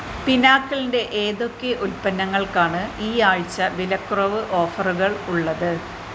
പിനാക്കിളിൻ്റെ ഏതൊക്കെ ഉൽപ്പന്നങ്ങൾക്കാണ് ഈ ആഴ്ച വിലക്കുറവ് ഓഫറുകൾ ഉള്ളത്